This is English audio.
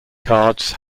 cards